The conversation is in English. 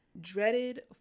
dreaded